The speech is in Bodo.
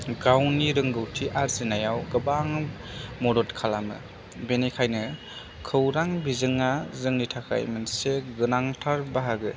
गावनि रोंगौथि आरजिनायाव गोबां मदद खालामो बेनिखायनो खौरां बिजोङा जोंनि थाखाय मोनसे गोनांथार बाहागो